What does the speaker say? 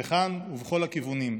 וכאן ובכל הכיוונים.